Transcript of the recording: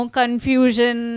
confusion